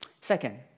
Second